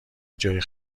جای